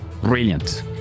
Brilliant